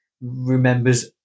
remembers